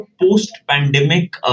post-pandemic